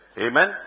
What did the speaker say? Amen